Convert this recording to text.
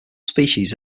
species